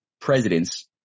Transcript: presidents